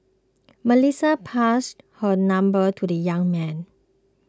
Melissa passed her number to the young man